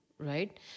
Right